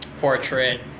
portrait